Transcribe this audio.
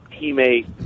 teammate